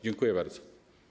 Dziękuję bardzo.